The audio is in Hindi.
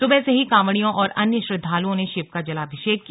सुबह से ही कांवड़ियों और अन्य श्रद्वआलुओं ने शिव का जलाभिषेक किया